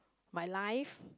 my life